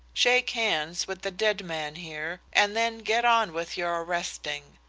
shake hands with the dead man here and then get on with your arresting.